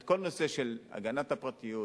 כל הנושא של הגנת הפרטיות